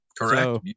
Correct